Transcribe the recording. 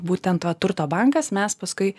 būtent va turto bankas mes paskui